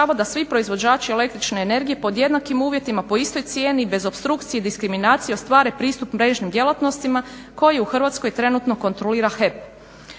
da svi proizvođači el.energije pod jednakim uvjetima po istoj cijeni bez opstrukcije i diskriminacije ostvare pristup mrežnim djelatnostima koji u Hrvatskoj trenutno kontrolira HEP.